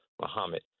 Muhammad